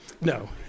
No